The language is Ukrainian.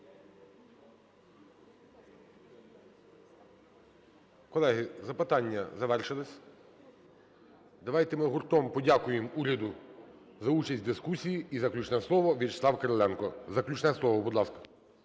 Колеги, запитання завершилися. Давайте ми гуртом подякуємо уряду за участь в дискусії. І заключне слово – В'ячеслав Кириленко. Заключне слово, будь ласка.